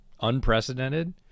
unprecedented